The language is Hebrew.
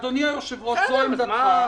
אדוני היושב-ראש, זו עמדתך.